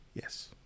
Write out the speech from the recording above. yes